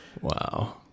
wow